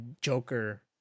joker